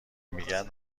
میگن